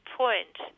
point